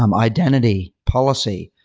um identity, policy.